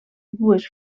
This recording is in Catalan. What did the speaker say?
dues